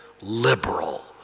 liberal